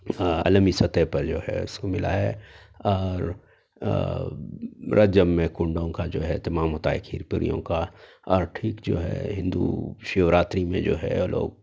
ہاں عالمی سطح پر جو ہے اس کو ملا ہے اور رجب میں کنڈوں کا جو اہتمام ہوتا ہے کھیر پوریوں کا اور ٹھیک جو ہے ہندو شیوراتری میں جو ہے لوگ